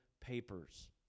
papers